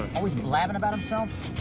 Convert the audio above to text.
always blabbing about himself?